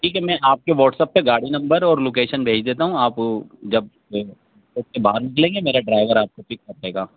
ٹھیک ہے میں آپ کے واٹسپ پہ گا